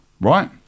right